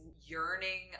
yearning